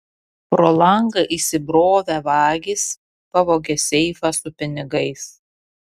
pro langą įsibrovę vagys pavogė seifą su pinigais